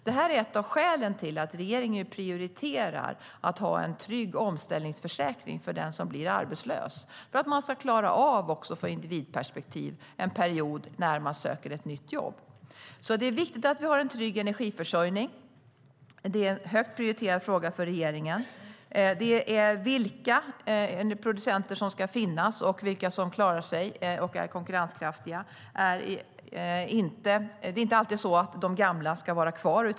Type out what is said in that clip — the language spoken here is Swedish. Detta är ett av skälen till att regeringen nu prioriterar att ha en trygg omställningsförsäkring för den som blir arbetslös för att man ska klara av också i individperspektiv en period när man söker ett nytt jobb. Det är viktigt att vi har en trygg energiförsörjning. Det är en högt prioriterad fråga för regeringen. När det handlar om vilka producenter som ska finnas, vilka som klarar sig och vilka som är konkurrenskraftiga är det inte alltid de gamla som ska vara kvar.